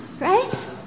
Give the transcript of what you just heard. right